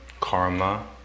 karma